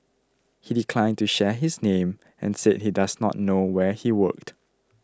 he declined to share his name and said he does not know where he worked